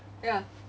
ya